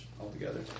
altogether